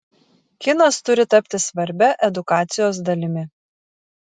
kinas turi tapti svarbia edukacijos dalimi